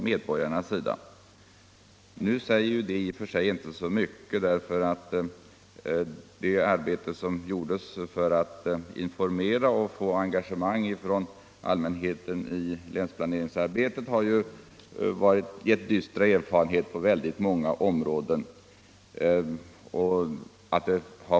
Men det säger i och för sig inte så mycket, eftersom det arbete som gjordes för att informera och engagera allmänheten när det gällde länsplaneringsarbetet gav dystra erfarenheter genom det ringa intresse som visades.